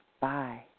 Bye